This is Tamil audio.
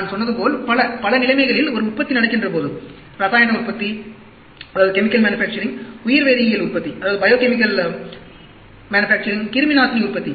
நான் சொன்னது போல் பல பல நிலைமைகளில் ஒரு உற்பத்தி நடக்கின்றபோது ரசாயன உற்பத்தி உயிர் வேதியியல் உற்பத்தி கிருமிநாசினி உற்பத்தி